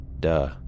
duh